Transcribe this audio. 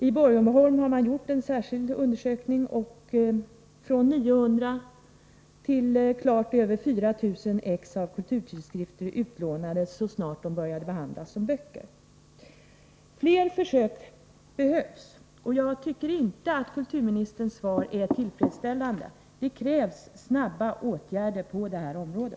I Borgholm har man gjort en särskild undersökning, och från 900 till klart över 4 000 exemplar av kulturtidskrifterna utlånades så snart de började behandlas såsom böcker. Flera försök behövs. Jag tycker inte att kulturministerns svar är tillfredsställande. Det krävs snabba åtgärder på detta område.